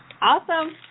Awesome